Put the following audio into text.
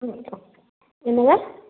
ம் என்னங்க